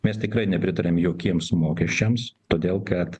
mes tikrai nepritariam jokiems mokesčiams todėl kad